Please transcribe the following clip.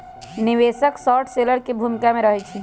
निवेशक short seller की भूमिका में रहइ छै